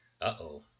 Uh-oh